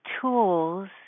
tools